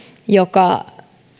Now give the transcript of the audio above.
joka